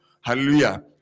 hallelujah